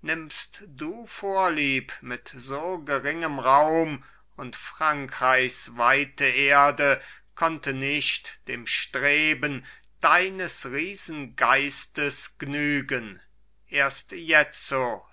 nimmst du vorlieb mit so geringem raum und frankreichs weite erde konnte nicht dem streben deines riesengeistes gnügen erst jetzo